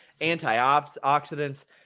antioxidants